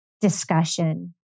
discussion